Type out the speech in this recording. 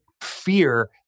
fear